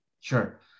Sure